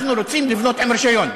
אנחנו רוצים לבנות עם רישיון.